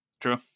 True